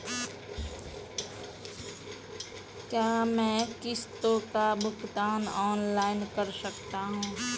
क्या मैं किश्तों का भुगतान ऑनलाइन कर सकता हूँ?